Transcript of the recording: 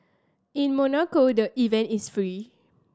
in Monaco the event is free